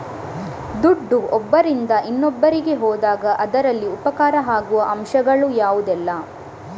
ದುಡ್ಡು ಒಬ್ಬರಿಂದ ಇನ್ನೊಬ್ಬರಿಗೆ ಹೋದಾಗ ಅದರಲ್ಲಿ ಉಪಕಾರ ಆಗುವ ಅಂಶಗಳು ಯಾವುದೆಲ್ಲ?